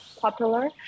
popular